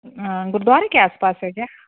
हाँ गुरूद्वारे के आस पास है क्या